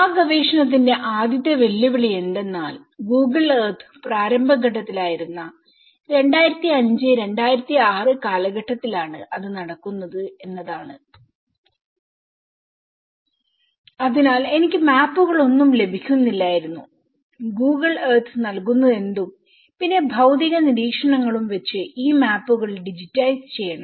ആ ഗവേഷണത്തിന്റെ ആദ്യത്തെ വെല്ലുവിളി എന്തെന്നാൽഗൂഗിൾ എർത്ത് പ്രാരംഭ ഘട്ടത്തിലായിരുന്ന 2005 2006 കാലഘട്ടത്തിൽ ആണ് അത് നടക്കുന്നത് എന്നതാണ് അതിനാൽ എനിക്ക് മാപ്പുകളൊന്നും ലഭിക്കുന്നില്ലായിരുന്നു ഗൂഗിൾ എർത്ത് നൽകുന്നതെന്തും പിന്നെ ഭൌതിക നീരീക്ഷണങ്ങളും വെച്ച് ഈ മാപ്പുകൾ ഡിജിറ്റൈസ് ചെയ്യണം